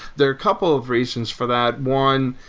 there are a couple of reasons for that. one,